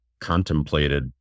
contemplated